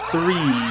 Three